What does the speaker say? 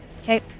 Okay